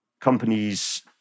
companies